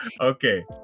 Okay